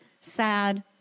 sad